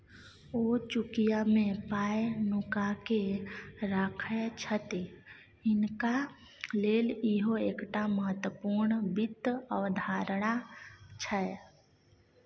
ओ चुकिया मे पाय नुकाकेँ राखय छथि हिनका लेल इहो एकटा महत्वपूर्ण वित्त अवधारणा छै